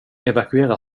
evakuera